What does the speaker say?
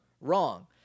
Wrong